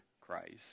Christ